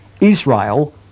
Israel